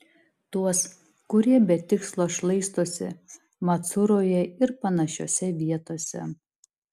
tuos kurie be tikslo šlaistosi macuroje ir panašiose vietose